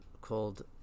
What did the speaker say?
called